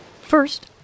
First